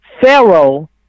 Pharaoh